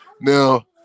Now